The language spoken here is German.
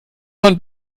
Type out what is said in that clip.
von